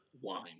wine